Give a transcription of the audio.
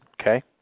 okay